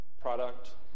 product